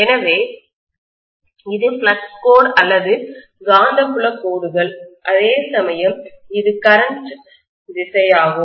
எனவே இது ஃப்ளக்ஸ் கோடு அல்லது காந்தப்புல கோடுகள் அதேசமயம் இது கரண்ட்மின்னோட்ட திசையாகும்